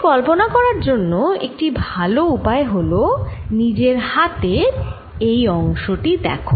এটি কল্পনা করার একটি ভাল উপায় হল নিজের হাতের এই অংশ টি দেখো